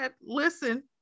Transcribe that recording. listen